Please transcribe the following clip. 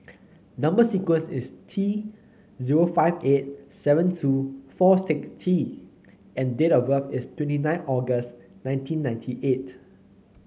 number sequence is T zero five eight seven two four six T and date of birth is twenty nine August nineteen ninety eight